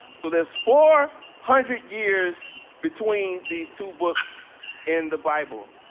so there's four hundred years between these two books in the bible.